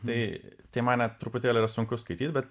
tai tai man net truputėlį yra sunku skaityt bet